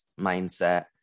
mindset